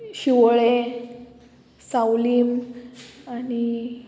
शिवोळे सावलीम आनी